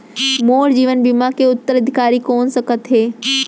मोर जीवन बीमा के उत्तराधिकारी कोन सकत हे?